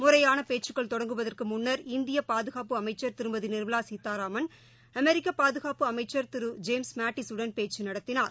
முறையான பேச்சுக்கள் தொடங்குவதற்கு முன்னர் இந்திய பாதுகாப்பு அமைச்சர் திருமதி நிர்மலா சீதாராமன் அமெிக்க பாதுகாப்பு அமைச்சர் திரு ஜேம்ஸ் மேட்டிஸ் உடன் பேச்சு நடத்தினார்